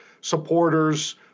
supporters